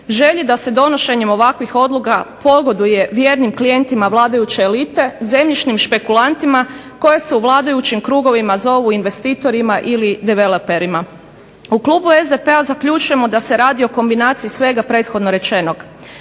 želje da se donošenjem ovakvih odluka pogoduje vrijednim klijentima vladajuće elite, zemljišnim špekulantima koji se u vladajućim krugovima zovu investitorima ili developerima. U klubu SDP-a zaključujemo da se radi o kombinaciji svega prethodno rečenog.